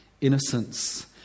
innocence